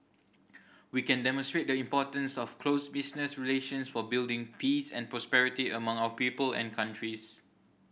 we can demonstrate the importance of close business relations for building peace and prosperity among our people and countries